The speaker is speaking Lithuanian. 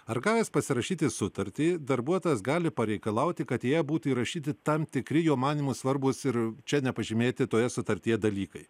ar gavęs pasirašyti sutartį darbuotojas gali pareikalauti kad į ją būtų įrašyti tam tikri jo manymu svarbūs ir čia nepažymėti toje sutartyje dalykai